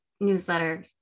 newsletter